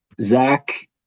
Zach